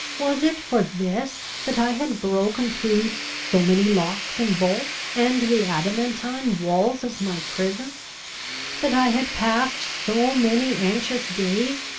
was it for this that i had broken through so many locks and bolts, and the adamantine walls of my prison that i had passed so many anxious days,